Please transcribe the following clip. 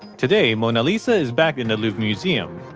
today, mona lisa is back in the louvre museum.